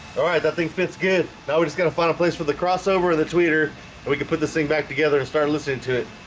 alright that thing fits good now we're just gonna find a place for the crossover and the tweeter we could put this thing back together and start listening to it